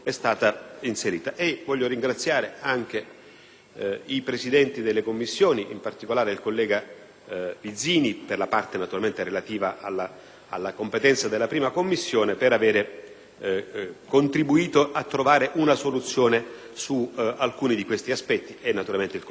i Presidenti delle Commissioni, in particolare il collega Vizzini, per la parte relativa alla competenza della 1a Commissione, per avere contribuito a trovare una soluzione su alcuni degli aspetti a cui ho fatto riferimento, e naturalmente il collega Berselli, per la parte relativa alla giustizia.